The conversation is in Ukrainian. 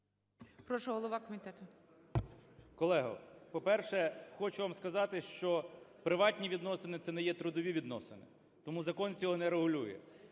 КНЯЖИЦЬКИЙ М.Л. Колего, по-перше, хочу вам сказати, що приватні відносини – це не є трудові відносини, тому закон цього не регулює.